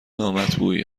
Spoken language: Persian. نامطبوعی